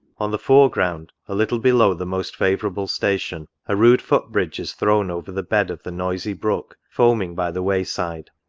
on the fore-ground, a little below the most favourable station, a rude foot-bridge is thrown over the bed of the noisy brook, foaming by the way-side.